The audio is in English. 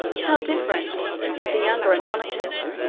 how different, said the younger andronicus,